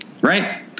right